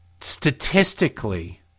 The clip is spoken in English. statistically